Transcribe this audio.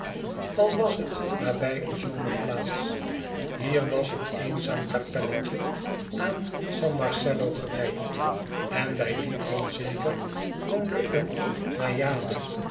al was het nabij een zomerplaats hier was een eenzaam kapelletje aan san marcello gewijd en bij die bron zeker woonde een najade